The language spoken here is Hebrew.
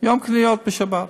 יום קניות בשבת.